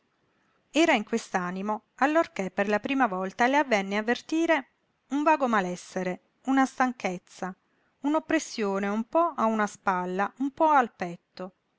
era in quest'animo allorché per la prima volta le avvenne avvertire un vago malessere una stanchezza un'oppressione un po a una spalla un po al petto